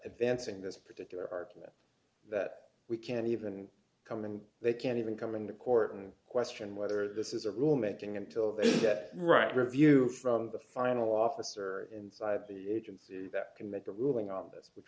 advancing this particular argument that we can't even come in they can't even come into court and question whether this is a rule making until they get right review from the final officer inside the agency that can make a ruling